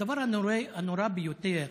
הדבר הנורא ביותר